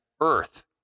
earth